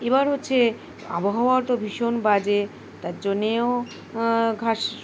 এবার হচ্ছে আবহাওয়া তো ভীষণ বাজে তার জন্যেও ঘাস